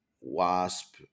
Wasp